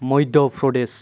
Madhya' Pradesh